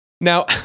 Now